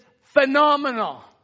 phenomenal